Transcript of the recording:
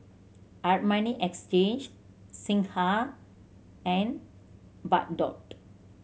Armani Exchange Singha and Bardot